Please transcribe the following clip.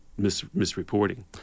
misreporting